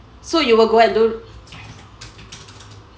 so you will go and do